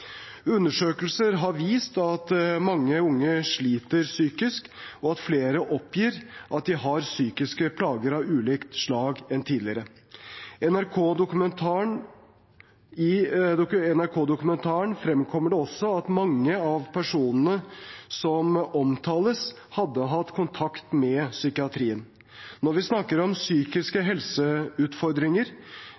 Undersøkelser har vist at mange unge sliter psykisk, og at flere enn tidligere oppgir at de har psykiske plager av ulikt slag. I NRK-dokumentaren fremkommer det også at mange av personene som omtales, hadde hatt kontakt med psykiatrien. Når vi snakker om psykiske